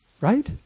Right